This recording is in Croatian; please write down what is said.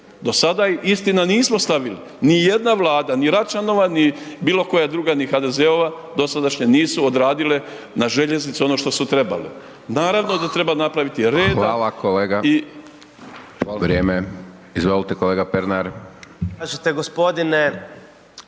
do sada, istina, nismo stavili, ni jedna Vlada, ni Račanova, ni bilo koja druga, ni HDZ-ova dosadašnja, nisu odradile na željeznici ono što su trebale. Naravno da treba napraviti reda…/Upadica: Hvala kolega/… i. **Hajdaš Dončić,